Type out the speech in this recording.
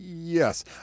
Yes